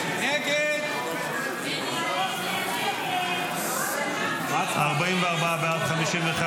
יוליה מלינובסקי וחמד עמאר,